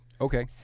Okay